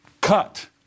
cut